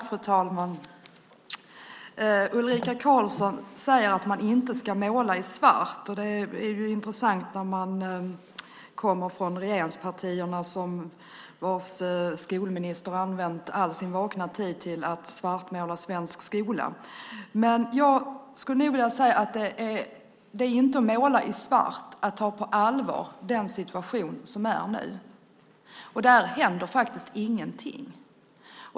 Fru talman! Ulrica Carlsson säger att man inte ska måla i svart. Det är intressant när det kommer från regeringspartierna vars skolminister använt all sin vakna tid till att svartmåla svensk skola. Det är inte att måla i svart att ta på allvar den situation som är nu. Där händer ingenting.